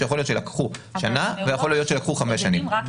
שיכול להיות שלקחו שנה ויכול להיות שלקחו 5 שנים.